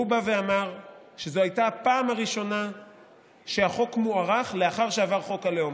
הוא בא ואמר שזו הייתה הפעם הראשונה שהחוק מוארך לאחר שעבר חוק הלאום.